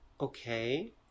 Okay